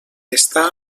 està